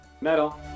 Metal